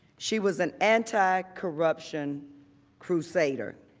she was an anticorruption crusader.